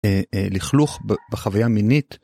אה, אה, לכלוך ב בחוויה מינית.